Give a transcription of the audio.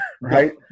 right